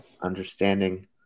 understanding